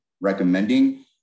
recommending